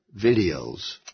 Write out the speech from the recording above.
videos